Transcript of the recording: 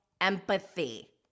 empathy